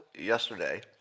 yesterday